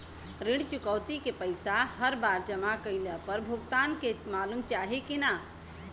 ऋण चुकौती के पैसा हर बार जमा कईला पर भुगतान के मालूम चाही की ना?